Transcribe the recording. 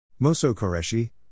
Mosokoreshi